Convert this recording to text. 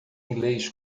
inglês